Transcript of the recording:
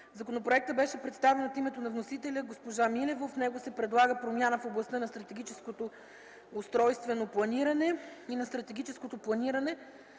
законопроектът беше представен от госпожа Милева. В него се предлага промяна в областта на стратегическото устройствено планиране и на стратегическото планиране